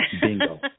Bingo